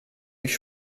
mich